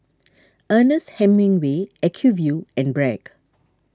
Ernest Hemingway Acuvue and Bragg